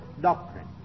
doctrine